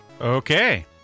Okay